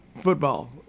football